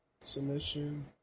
submission